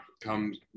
comes